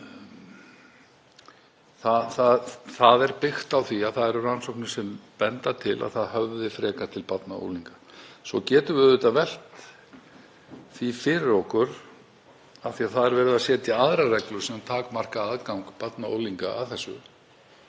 Það er byggt á því að það eru rannsóknir sem benda til að það höfði frekar til barna og unglinga. Svo getum við auðvitað velt því fyrir okkur að verið er að setja aðrar reglur sem takmarka aðgang barna og unglinga að þessu